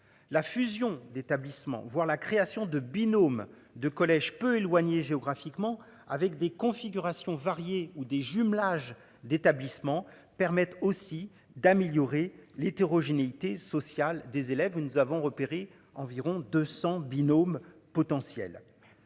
La fusion d'établissement voir la création de binômes de collège peu éloignés géographiquement avec des configurations variées ou des jumelages d'établissements permettent aussi d'améliorer l'hétérogénéité sociale des élèves, où nous avons repéré environ 200 binôme potentiels.